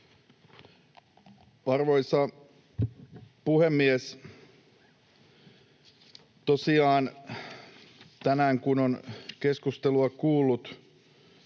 Arvoisa puhemies! Tosiaan tänään, kun on keskustelua kuullut